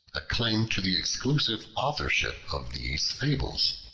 a claim to the exclusive authorship of these fables.